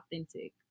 authentic